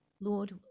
Lord